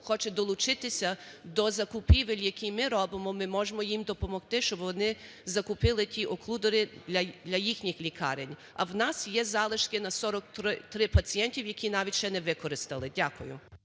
хоче долучитися до закупівель, які ми робимо, ми можемо їм допомогти, щоб вони закупили тіоклюдери для їхніх лікарень. А у нас є залишки на 43 пацієнти, які навіть ще не використали. Дякую.